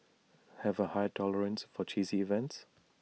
have A high tolerance for cheesy events